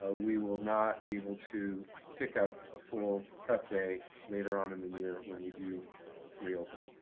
ah we will not be able to pick up a full prep day later on in the year when we do reopen.